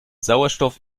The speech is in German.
sauerstoff